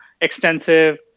extensive